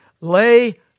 Lay